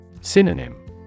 Synonym